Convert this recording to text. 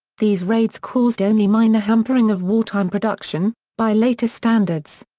these raids caused only minor hampering of wartime production, by later standards.